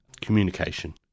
communication